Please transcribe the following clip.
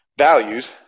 values